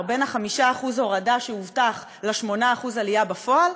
בין 5% ההורדה שהובטחו ל-8% העלייה בפועל?